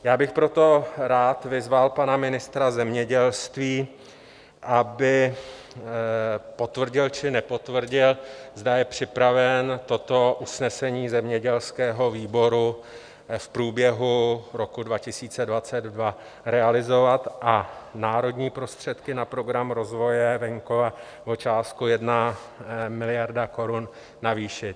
Já bych proto rád vyzval pana ministra zemědělství, aby potvrdil či nepotvrdil, zda je připraven toto usnesení zemědělského výboru v průběhu roku 2022 realizovat a národní prostředky na Program rozvoje venkova o částku 1 miliardu korun navýšit.